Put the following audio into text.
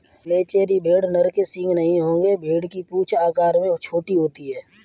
मेचेरी भेड़ नर के सींग नहीं होंगे भेड़ की पूंछ आकार में छोटी होती है